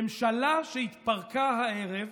ממשלה שהתפרקה הערב,